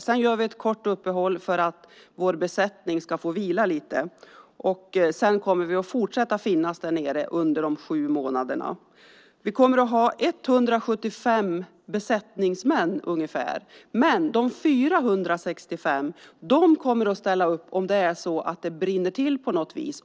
Sedan gör vi ett kort uppehåll för att vår besättning ska få vila lite, och därefter kommer vi att fortsätta finnas där nere under de totalt sju månaderna. Vi kommer att ha ungefär 175 besättningsmän, men de 465 kommer att ställa upp om det brinner till på något vis.